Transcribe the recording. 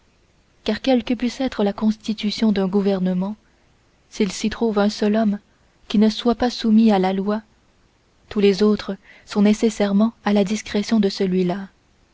car quelle que puisse être la constitution d'un gouvernement s'il s'y trouve un seul homme qui ne soit pas soumis à la loi tous les autres sont nécessairement à la discrétion de celui-là